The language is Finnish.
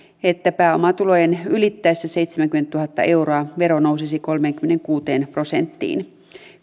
että pääomatulojen ylittäessä seitsemänkymmentätuhatta euroa vero nousisi kolmeenkymmeneenkuuteen prosenttiin